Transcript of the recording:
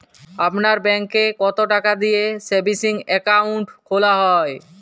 আপনার ব্যাংকে কতো টাকা দিয়ে সেভিংস অ্যাকাউন্ট খোলা হয়?